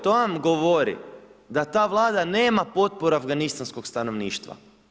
To vam govori da ta Vlada nema potporu afganistanskog stanovništva.